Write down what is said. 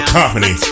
company